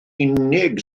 unig